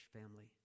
family